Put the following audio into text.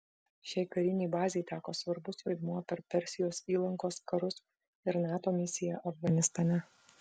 šiai karinei bazei teko svarbus vaidmuo per persijos įlankos karus ir nato misiją afganistane